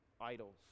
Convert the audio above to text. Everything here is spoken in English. idols